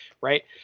Right